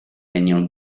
union